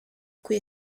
qui